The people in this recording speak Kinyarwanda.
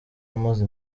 amaze